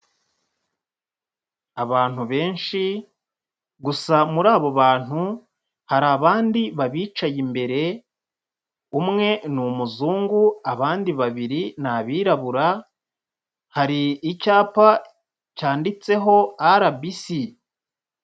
Abantu benshi, gusa muri abo bantu hari abandi babicaye imbere, umwe ni umuzungu, abandi babiri ni abirabura, hari icyapa cyanditseho RBC.